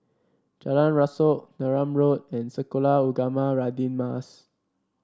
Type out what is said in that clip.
Jalan Rasok Neram Road and Sekolah Ugama Radin Mas